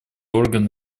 орган